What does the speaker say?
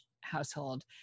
household